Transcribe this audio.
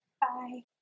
bye